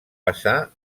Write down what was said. passà